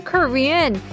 Korean